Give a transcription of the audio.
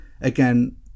again